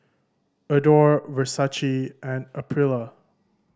Adore Versace and Aprilia